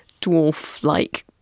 dwarf-like